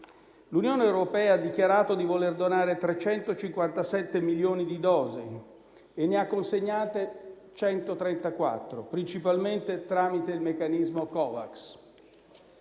L'Unione europea ha dichiarato di voler donare 357 milioni di dosi e ne ha già consegnate 134, principalmente attraverso il meccanismo Covax.